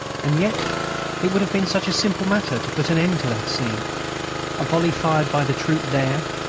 and yet it would have been such a simple matter to put an end to that scene a volley fired by the troop there,